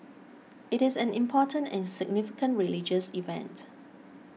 it is an important and significant religious event